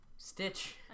Stitch